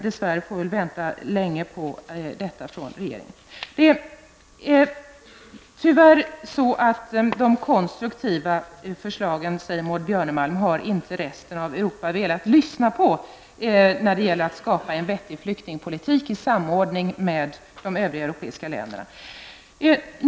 Dess värre får vi väl vänta länge på detta från regeringen. Det är tyvärr så, säger Maud Björnemalm, att resten av Europa inte har velat lyssna på det konstruktiva förslagen när det gäller att skapa en vettig flyktingpolitik i samordning med de övriga europeiska länderna.